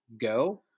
go